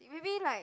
maybe like